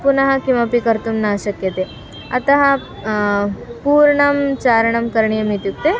पुनः किमपि कर्तुं न शक्यते अतः पूर्णं चारणं करणीयम् इत्युक्ते